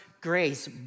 grace